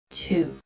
two